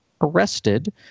arrested